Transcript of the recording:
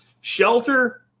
Shelter